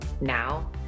now